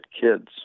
kids